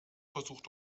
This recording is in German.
versucht